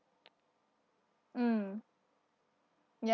mm ya